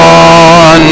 on